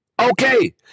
Okay